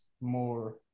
more